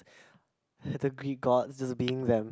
the Greek gods just being them